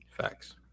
Facts